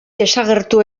desagertu